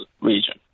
region